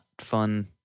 fun